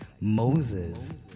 Moses